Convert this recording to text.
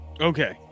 Okay